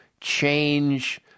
change